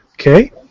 Okay